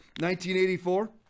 1984